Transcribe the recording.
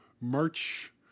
March